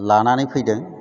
लानानै फैदों